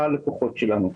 ללקוחות שלנו.